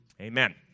Amen